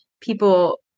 people